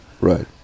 right